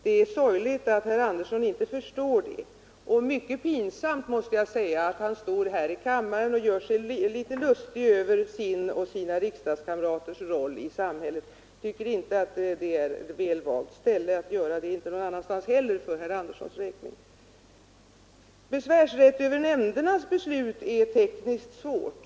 Det är sorgligt att herr Andersson inte förstår det, och jag måste säga att det är pinsamt att han står här i kammaren och gör sig litet lustig över sin och sina riksdagskamraters roll i samhället. Jag tycker att det här inte är ett välvalt ställe att göra det — och det är, för herr Anderssons del, inte något annat ställe heller. Det är tekniskt svårt att åstadkomma en besvärsrätt över nämndernas beslut, säger herr Andersson.